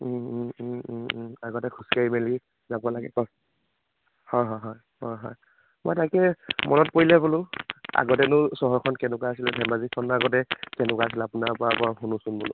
আগতে খোজকাঢ়ি মেলি যাব লাগে অঁহ্ হয় হয় হয় অঁ হয় মই তাকে মনত পৰিলে বোলো আগতেনো চহৰখন কেনেকুৱা আছিলে ধেমাজিখননো আগতে কেনেকুৱা আছিলে আপোনাৰ পৰা এবাৰ শুনোচোন বোলো